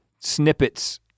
Snippets